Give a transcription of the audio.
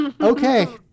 Okay